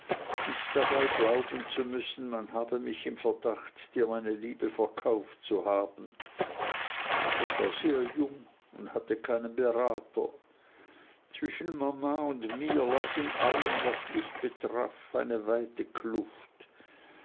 und dabei glauben zu müssen man habe mich im verdacht dir meine liebe verkauft zu haben ich war sehr jung und hatte keinen berater zwischen mama und mir lag in allem was dich betraf eine weite kluft